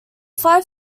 five